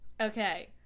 Okay